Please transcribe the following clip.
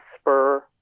spur